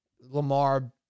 Lamar